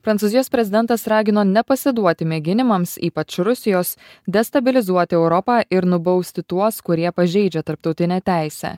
prancūzijos prezidentas ragino nepasiduoti mėginimams ypač rusijos destabilizuoti europą ir nubausti tuos kurie pažeidžia tarptautinę teisę